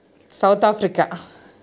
South Africa